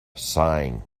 sighing